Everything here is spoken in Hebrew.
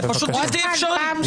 זה פשוט בלתי אפשרי.